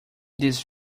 this